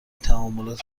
تعاملات